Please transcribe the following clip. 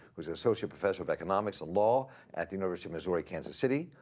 who is associate professor of economics and law at the university of missouri kansas city,